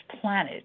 planet